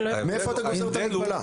מאיפה אתה גוזר את המגבלה?